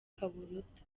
kaburuta